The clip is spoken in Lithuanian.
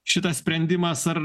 šitas sprendimas ar